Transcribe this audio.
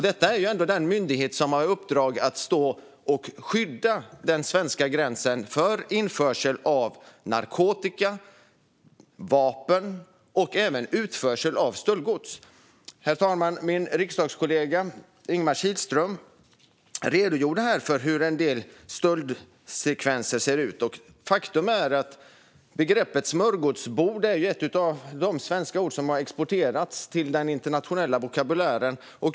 Detta är ändå den myndighet som har i uppdrag att skydda den svenska gränsen mot införsel av narkotika och vapen och även mot utförsel av stöldgods. Herr talman! Min riksdagskollega Ingemar Kihlström redogjorde här för hur en del stöldsekvenser ser ut. "Smörgåsbord" är ett av de svenska ord som har exporterats till den internationella vokabulären.